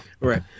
Right